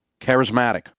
charismatic